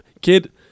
kid